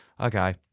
okay